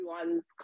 everyone's